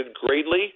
greatly